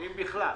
אם בכלל.